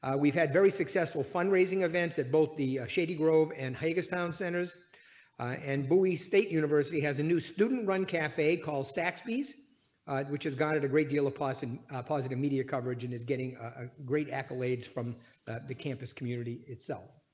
we've had very successful fund raising events at both the shady grove and. town centres and bui state university has a new student run cafe call zaxby's which is got it a great deal of positive positive media coverage in his getting ah great accolades from the campus community itself.